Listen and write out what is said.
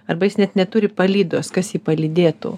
arba jis net neturi palydos kas jį palydėtų